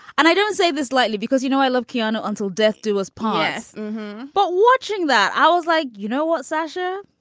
and i don't say this lightly because you know, i love kiyono until death do us part but watching that, i was like, you know what, sasha?